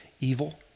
evil